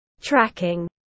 tracking